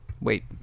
Wait